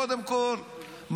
קודם כול,